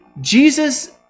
Jesus